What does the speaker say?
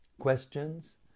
Questions